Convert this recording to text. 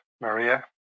Maria